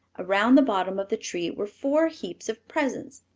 around the bottom of the tree were four heaps of presents,